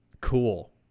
Cool